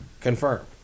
confirm